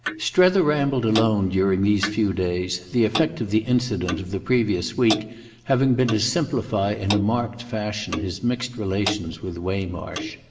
strether rambled alone during these few days, the effect of the incident of the previous week having been to simplify in a marked fashion his mixed relations with waymarsh.